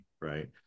right